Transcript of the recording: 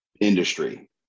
industry